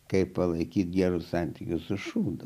kaip palaikyti gerus santykius su šūdu